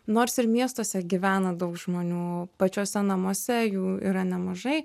nors ir miestuose gyvena daug žmonių pačiuose namuose jų yra nemažai